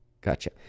Gotcha